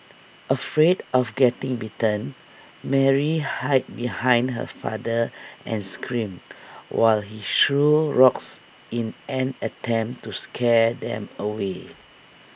afraid of getting bitten Mary hid behind her father and screamed while he threw rocks in an attempt to scare them away